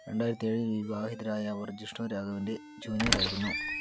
രണ്ടായിരത്തി ഏഴിൽ വിവാഹിതരായ അവർ ജിഷ്ണു രാഘവിൻ്റെ ജൂനിയറായിരുന്നു